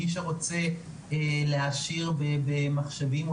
מי שרוצה להעשיר במחשבים,